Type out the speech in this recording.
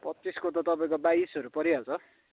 पच्चिसको त तपाईँको बाइसहरू परिहाल्छ